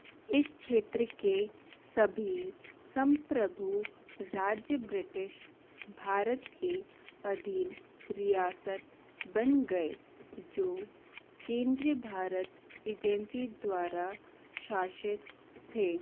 इस क्षेत्र के सभी संप्रभु राज्य ब्रिटिश भारत के अधीन रियासत बन गए जो केंद्रीय भारत एजेंसी द्वारा शासित थे